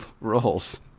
rolls